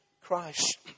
Christ